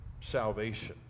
salvation